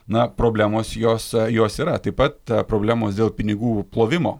na problemos jos jos yra taip pat problemos dėl pinigų plovimo